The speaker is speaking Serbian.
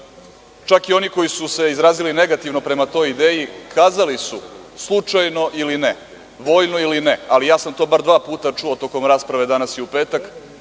i oni koji su se izrazili negativno prema toj ideji, kazali su slučajno ili ne, voljno ili ne, ali ja sam to bar dva puta čuo tokom rasprave danas i u petak,